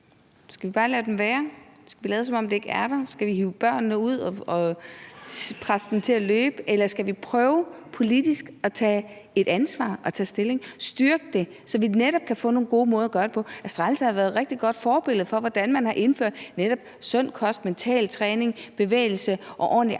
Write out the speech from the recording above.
Skal vi bare lade dem være? Skal vi lade, som om det ikke er der? Skal vi hive børnene ud og presse dem til at løbe? Eller skal vi prøve politisk at tage ansvar og tage stilling, altså styrke det, så vi netop kan få nogle gode måder at gøre det på? Astralis har været et rigtig godt forbillede for, hvordan man har indført netop sund kost, mentaltræning, bevægelse og ordentlige arbejdsformer